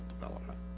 development